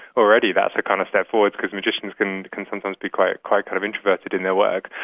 already that's a kind of step forward because magicians can can sometimes be quite quite kind of introverted in their work.